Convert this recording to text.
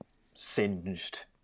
singed